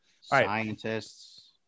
Scientists